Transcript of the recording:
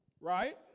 right